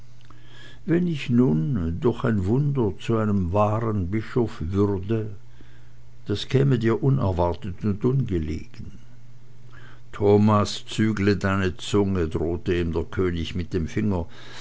wenn ich nun durch ein wunder zu einem wahren bischof würde das käme dir unerwartet und ungelegen thomas zügle deine zunge drohte ihm der könig mit dem finger